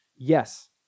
Yes